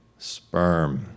Sperm